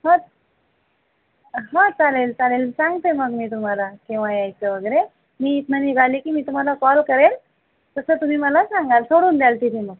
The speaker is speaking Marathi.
हं हं चालेल चालेल सांगते मग मी तुम्हाला केव्हा यायचं वगैरे मी इथून निघाली की मी तुम्हाला कॉल करेल तसं तुम्ही मला सांगाल सोडून द्याल तिथे मग